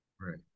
right